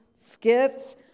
skits